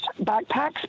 backpacks